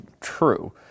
true